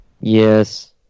yes